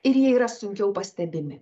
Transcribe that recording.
ir jie yra sunkiau pastebimi